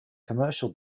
commercial